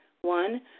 One